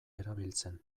erabiltzen